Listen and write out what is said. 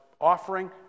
offering